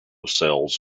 sells